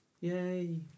Yay